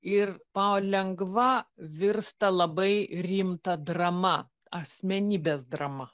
ir palengva virsta labai rimta drama asmenybės drama